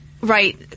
Right